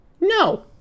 No